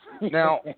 Now